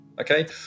okay